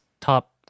top